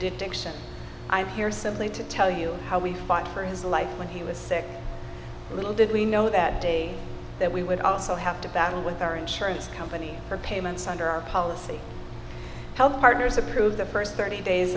detection i'm here simply to tell you how we fought for his life when he was sick little did we know that day that we would also have to battle with our insurance company for payments under our policy health partners approved the first thirty days